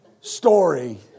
story